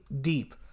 deep